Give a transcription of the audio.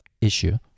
issue